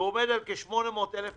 הוא עומד על כ-800,000 מובטלים.